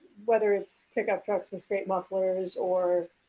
whether it's pickup trucks with straight mufflers, or